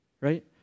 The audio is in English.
right